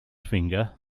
finger